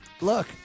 look